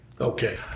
Okay